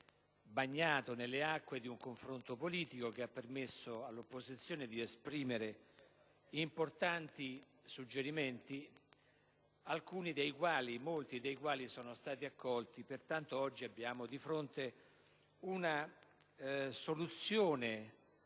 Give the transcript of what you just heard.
"bagnato nelle acque" di un confronto politico che ha permesso all'opposizione di esprimere importanti suggerimenti, molti dei quali anche accolti. Pertanto, oggi abbiamo di fronte una soluzione